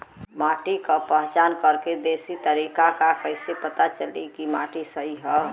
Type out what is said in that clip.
माटी क पहचान करके देशी तरीका का ह कईसे पता चली कि माटी सही ह?